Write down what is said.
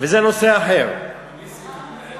וזה נושא אחר הרב נסים,